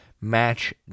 match